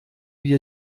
wir